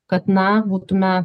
kad na būtume